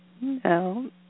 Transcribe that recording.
No